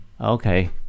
Okay